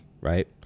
right